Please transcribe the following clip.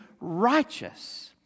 righteous